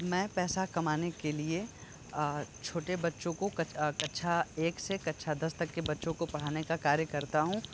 मैं पैसा कमाने के लिए और छोटे बच्चों को कक्षा एक से कक्षा दस के बच्चों को पढ़ाने का कार्य करता हूँ